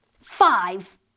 five